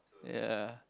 ya